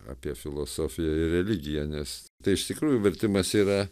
apie filosofiją ir religiją nes tai iš tikrųjų vertimas yra